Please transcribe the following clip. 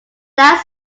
that